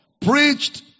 Preached